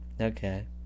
okay